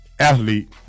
Athlete